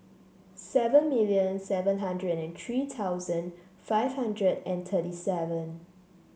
seven million seven hundred and three thousand five hundred and thirty seven